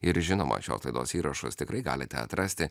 ir žinoma šios laidos įrašus tikrai galite atrasti